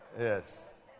Yes